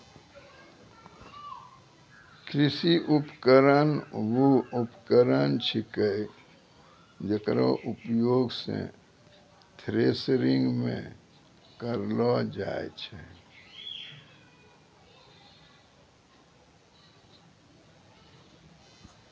कृषि उपकरण वू उपकरण छिकै जेकरो उपयोग सें थ्रेसरिंग म करलो जाय छै